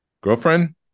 girlfriend